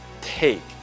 take